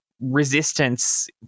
resistance